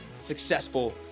successful